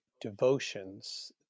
devotions